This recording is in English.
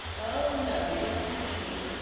oh, no! you dont catch me.